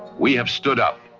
we have stood up